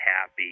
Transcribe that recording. happy